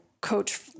coach